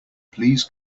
please